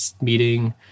meeting